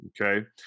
okay